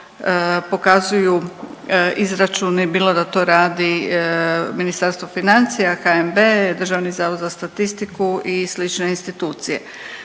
pokazuju izračuni bilo da to radi Ministarstvo financija, HNB, DZS i slične institucije.